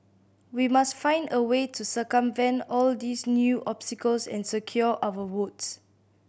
we must find a way to circumvent all these new obstacles and secure our votes